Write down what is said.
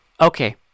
Okay